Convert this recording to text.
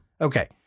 Okay